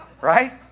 right